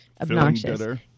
obnoxious